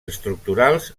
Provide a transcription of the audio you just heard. estructurals